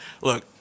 look